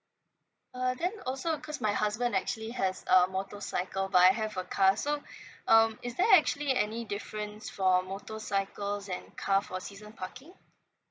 uh then also because my husband actually has a motorcycle but I have a car so um is there actually any difference for motorcycles and car for season parking